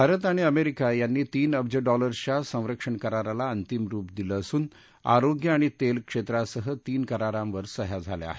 भारत आणि अमेरिका यांनी तीन अब्ज डॉलर्सच्या संरक्षण कराराला अंतिम रुप दिलं असून आरोग्य आणि तेल क्षेत्रासह तीन करारांवर सह्या झाल्या आहेत